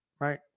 right